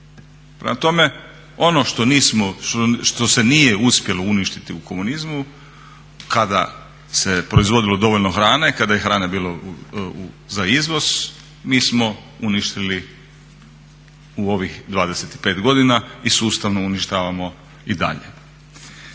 Prema tome, ono što se nije uspjelo uništiti u komunizmu kada se proizvodilo dovoljno hrane, kad je hrane bilo za izvoz mi smo uništili u ovih 25 godina i sustavno uništavamo i dalje.